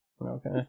Okay